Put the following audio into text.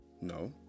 no